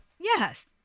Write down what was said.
Yes